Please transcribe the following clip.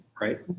right